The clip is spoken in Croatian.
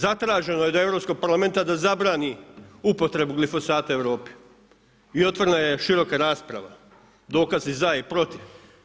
Zatraženo je od Europskog parlamenta da zabrani upotrebu glifosata u Europi i otvorena je široka rasprava, dokazi za i protiv.